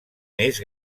més